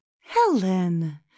Helen